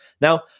Now